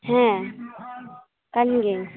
ᱦᱮᱸ ᱠᱟᱹᱢᱤᱨᱤᱧ